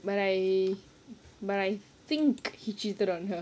but I but I think he cheated on her